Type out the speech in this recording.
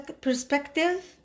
perspective